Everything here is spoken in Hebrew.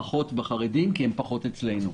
ופחות בחרדי כי הם פחות אצלנו.